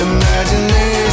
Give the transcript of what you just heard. Imagination